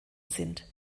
sind